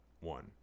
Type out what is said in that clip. one